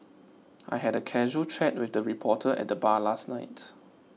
I had a casual chat with a reporter at the bar last night